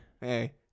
Hey